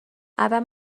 اول